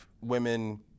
women